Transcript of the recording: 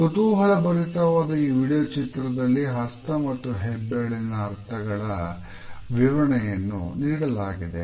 ಕುತೂಹಲಭರಿತವಾದ ಈ ವಿಡಿಯೋ ಚಿತ್ರದಲ್ಲಿ ಹಸ್ತ ಮತ್ತು ಹೆಬ್ಬೆರಳಿನ ಅರ್ಥಗಳ ವಿವರಣೆಯನ್ನು ನೀಡಲಾಗಿದೆ